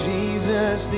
Jesus